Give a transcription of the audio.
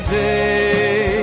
day